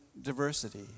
diversity